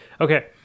Okay